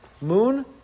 Moon